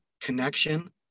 connection